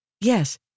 Yes